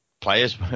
players